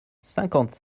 cinquante